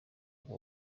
wose